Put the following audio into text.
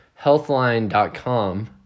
healthline.com